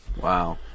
Wow